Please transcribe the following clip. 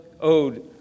owed